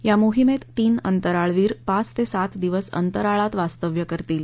या मोहिमेत तीन अंतराळवीर पाच ते सात दिवस अंतराळात वास्तव्य करतील